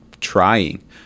trying